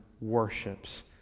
worships